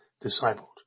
disciples